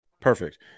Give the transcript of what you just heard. Perfect